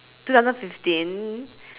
two thousand fifteen